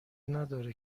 نداره